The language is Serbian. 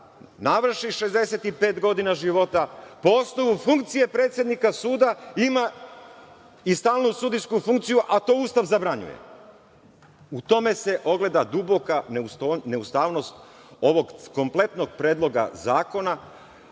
navrši 65 godina života po osnovu funkcije predsednika suda ima i stalnu sudijsku funkciju, a to Ustav zabranjuje. U tome se ogleda duboka neustavnost ovog kompletnog Predloga zakona